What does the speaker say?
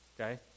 Okay